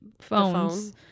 phones